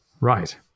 Right